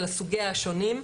על סוגיה השונים,